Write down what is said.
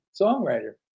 songwriter